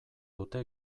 dute